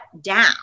down